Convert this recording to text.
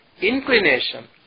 inclination